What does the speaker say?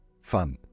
fun